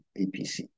APC